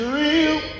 real